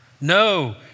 No